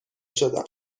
شدم